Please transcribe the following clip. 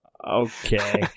okay